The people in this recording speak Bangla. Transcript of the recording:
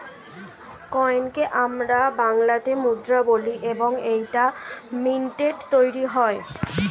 কয়েনকে আমরা বাংলাতে মুদ্রা বলি এবং এইটা মিন্টে তৈরী হয়